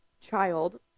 child